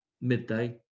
midday